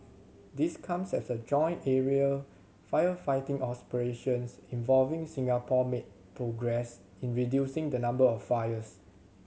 this comes as joint aerial firefighting involving Singapore made progress in reducing the number of fires